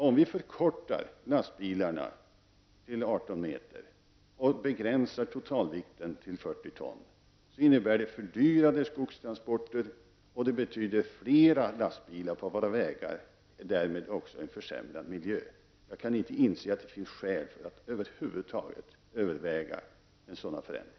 Om lastbilarna förkortas till 18 meter och totalvikten begränsas till 40 ton innebär det fördyrade skogstransporter, fler lastbilar på våra vägar och därmed också en försämrad miljö. Jag kan inte inse att det finns skäl att över huvud taget överväga en sådan förändring.